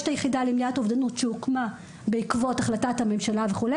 יש את היחידה למניעת אובדנות שהוקמה בעקבות החלטת הממשלה וכו',